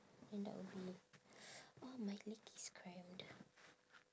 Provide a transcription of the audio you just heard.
then that will be !ow! my leg is cramped